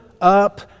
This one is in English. up